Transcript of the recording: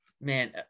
man